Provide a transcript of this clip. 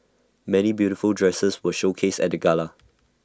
many beautiful dresses were showcased at the gala